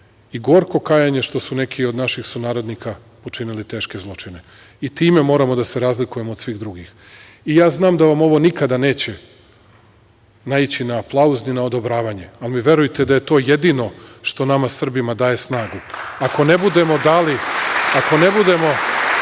i gorko kajanje što su neki od naših sunarodnika počinili teške zločine. Time moramo da se razlikujemo od svih drugih. Ja znam da vam ovo nikada neće naići na aplauz, ni na odobravanje, ali mi verujte da je to jedino što nama Srbima daje snagu. Ako ne budemo poštovali druge i ako ne budemo